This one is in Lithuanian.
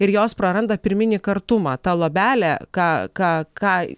ir jos praranda pirminį kartumą ta luobelė ką ką ką